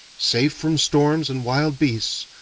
safe from storms and wild beasts,